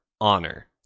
honor